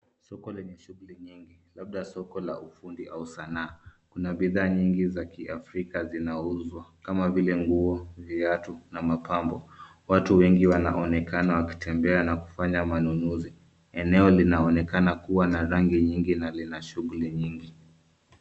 Soko lenye shughuli nyingi, labda soko la ufundi au sanaa. Kuna bidhaa nyingi za Kiafrika zinazouzwa kama vile nguo, viatu na mapambo. Watu wengi wanaonekana wakitembea na kufanya manunuzi. Eneo linaonekana kuwa na rangi nyingi na lina shughuli nyingi.